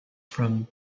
from